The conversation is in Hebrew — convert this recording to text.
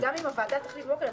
גם אם הוועדה תחליט בבוקר,